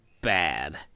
bad